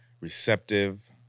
receptive